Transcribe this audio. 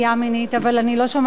אבל אני לא שומעת את עצמי.